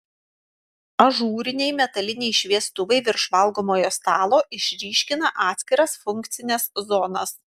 ažūriniai metaliniai šviestuvai virš valgomojo stalo išryškina atskiras funkcines zonas